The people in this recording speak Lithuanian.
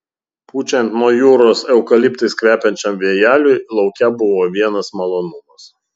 pučiant nuo jūros eukaliptais kvepiančiam vėjeliui lauke buvo vienas malonumas